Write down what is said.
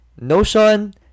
notion